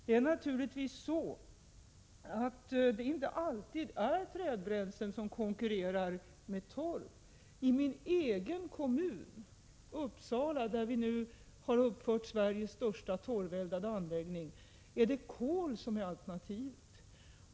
Det är naturligtvis inte alltid trädbränslen som konkurrerar med torv. I min egen kommun, Uppsala, där vi nu har uppfört Sveriges största torveldade anläggning, är det kol som är alternativet.